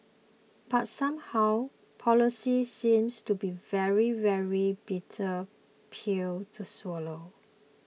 but somehow policies seems to be very very bitter pills to swallow